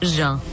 Jean